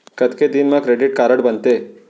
कतेक दिन मा क्रेडिट कारड बनते?